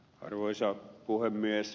arvoisa puhemies